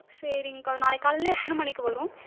சரிங்க்கா நாளைக்கு காலையில் எத்தனை மணிக்கு வரும்